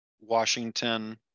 Washington